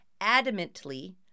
adamantly